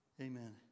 Amen